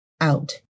out